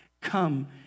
Come